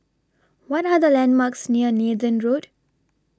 What Are The landmarks near Nathan Road